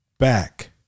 back